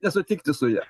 nesutikti su ja